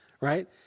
right